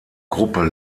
gruppe